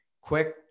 quick